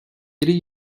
yedi